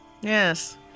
Yes